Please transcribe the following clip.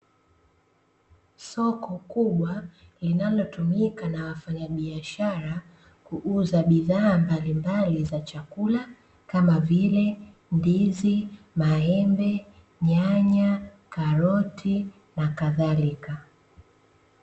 Soko kubwa linalotumika na wafanyabiashara kuuza bidhaa mbalimbali za chakula kama vile: ndizi, maembe, nyanya, karoti na kadhalika.